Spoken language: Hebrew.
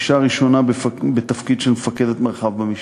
אישה ראשונה בתפקיד של מפקדת מרחב במשטרה,